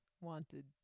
wanted